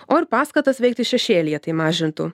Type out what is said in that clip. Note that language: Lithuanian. o ir paskatas veikti šešėlyje tai mažintų